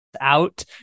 out